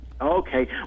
Okay